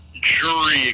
jury